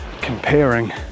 comparing